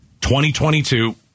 2022